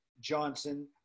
Johnson